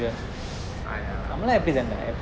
ah ya lah cause